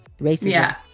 racism